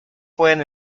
pueden